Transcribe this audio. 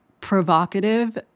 provocative